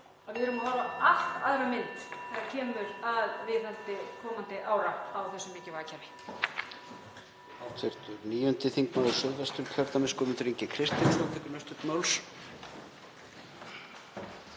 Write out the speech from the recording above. við munum horfa á allt aðra mynd þegar kemur að viðhaldi komandi ára á þessu mikilvæga kerfi.